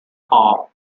hall